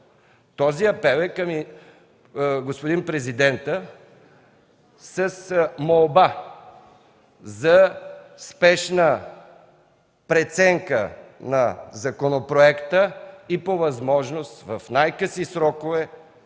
Този апел е към господин президента, с молба за спешна преценка на законопроекта и по възможност в най-къси срокове